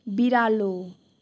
बिरालो